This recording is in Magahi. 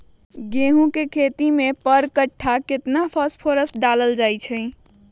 गेंहू के खेती में पर कट्ठा केतना फास्फोरस डाले जाला?